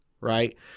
right